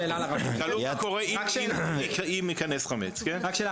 שאלו מה קורה אם ייכנס חמץ.